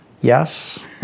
Yes